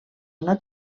una